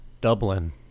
Dublin